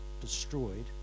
destroyed